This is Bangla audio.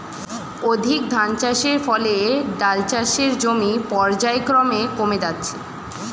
অধিক ধানচাষের ফলে ডাল চাষের জমি পর্যায়ক্রমে কমে যাচ্ছে